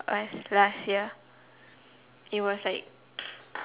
was last year it was like